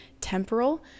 temporal